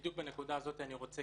בדיוק בנקודה הזאת אני רוצה